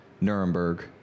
Nuremberg